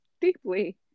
deeply